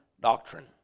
doctrine